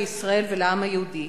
לישראל ולעם היהודי,